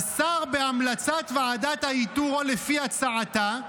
"השר בהמלצת ועדת האיתור או לפי הצעתה,